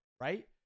right